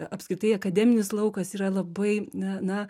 apskritai akademinis laukas yra labai na